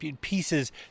pieces